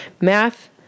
Math